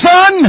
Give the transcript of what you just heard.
Son